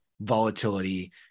volatility